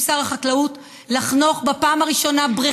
יחד עם שר החקלאות,